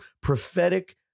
prophetic